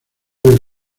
del